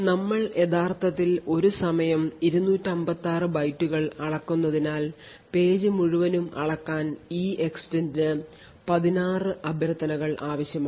നമ്മൾ യഥാർത്ഥത്തിൽ ഒരു സമയം 256 ബൈറ്റുകൾ അളക്കുന്നതിനാൽ പേജ് മുഴുവനും അളക്കാൻ EEXTEND ന്റെ 16 അഭ്യർത്ഥനകൾ ആവശ്യമാണ്